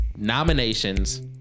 nominations